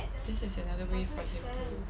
this is another way for him